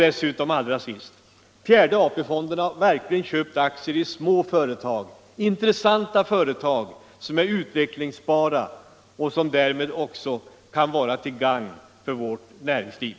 Dessutom, allra sist: Fjärde AP-fonden har verkligen köpt aktier i små företag — i intressanta företag, som är utvecklingsbara och som därmed också kan vara till gagn för hela vårt näringsliv.